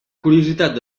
curiositat